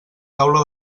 taula